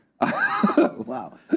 Wow